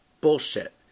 Bullshit